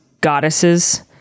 goddesses